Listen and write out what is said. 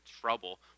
trouble